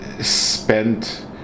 spent